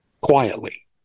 quietly